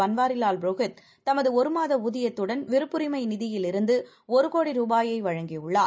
பன்வாரிலால்புரோஹித்தமதுஒருமாதஊதியத்துடன் விருப்புரிமைநிதியில்இருந்து ஒருகோடிரூபாயைவழங்கிஉள்ளார்